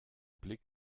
blick